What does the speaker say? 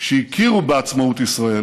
שהכירו בעצמאות ישראל